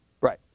right